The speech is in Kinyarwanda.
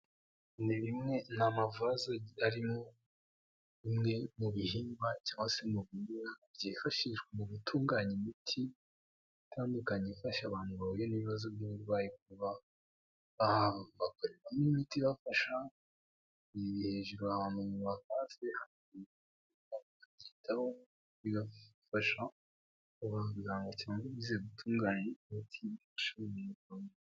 Nibimwe nta mavase arimo bimwe mu bihingwa cyangwa semo byifashishwa mu gutunganya imiti itandukanye ifasha abantu bahuye n'ibibazo by'uburwayi kuba n'imiti ibafasha yi hejuru ahantu nyuma babyitaho bibafasha baganga cyangwa gutunganya imiti .